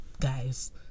guys